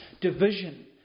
division